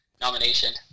nomination